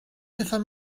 pethau